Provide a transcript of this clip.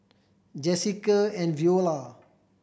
Jessica and Veola